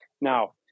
Now